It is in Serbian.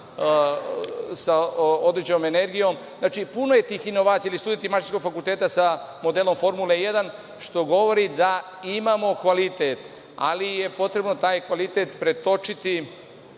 sa određenom energijom. Znači, puno je tih inovacija. Studenti Mašinskog fakulteta sa modelom Formule jedan, što govori da imamo kvalitet, ali je potrebno taj kvalitet pretočiti,